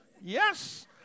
Yes